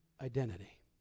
identity